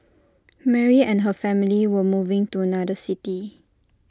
Mary and her family were moving to another city